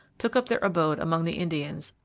took up their abode among the indians,